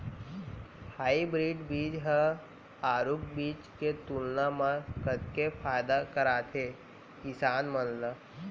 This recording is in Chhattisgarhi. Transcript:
हाइब्रिड बीज हा आरूग बीज के तुलना मा कतेक फायदा कराथे किसान मन ला?